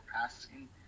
passing